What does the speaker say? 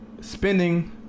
spending